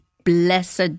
blessed